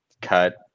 cut